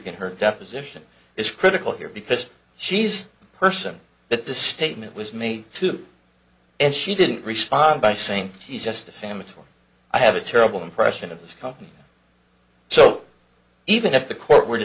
in her deposition is critical here because she's the person that the statement was made to and she didn't respond by saying he's just a family i have a terrible impression of this company so even if the court were to